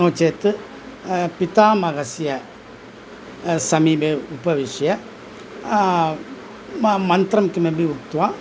नो चेत् पितामहस्य समीपे उपविश्य म मन्त्रं किमपि उक्त्वा